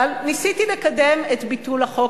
ניסיתי לקדם את ביטול החוק.